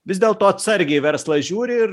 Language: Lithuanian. vis dėlto atsargiai verslą žiūri ir